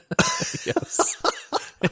yes